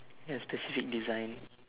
ya specific design